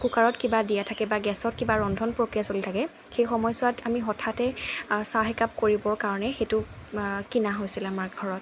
কুকাৰত কিবা দিয়া থাকে বা গেছত কিবা ৰন্ধন প্ৰক্ৰিয়া চলি থাকে সেই সময়ছোৱাত আমি হঠাতে চাহ একাপ কৰিবৰ কাৰণে সেইটো কিনা হৈছিলে আমাৰ ঘৰত